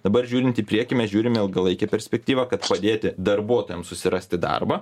dabar žiūrint į priekį mes žiūrim į ilgalaikę perspektyvą kad padėti darbuotojams susirasti darbą